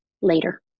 later